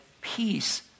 peace